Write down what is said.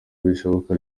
bidashoboka